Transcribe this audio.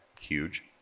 Huge